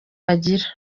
bagira